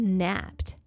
napped